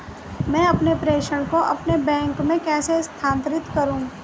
मैं अपने प्रेषण को अपने बैंक में कैसे स्थानांतरित करूँ?